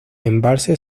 embalse